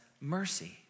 mercy